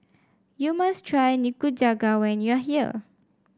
you must try Nikujaga when you are here